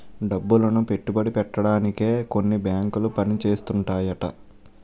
డబ్బులను పెట్టుబడి పెట్టడానికే కొన్ని బేంకులు పని చేస్తుంటాయట